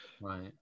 Right